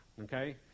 okay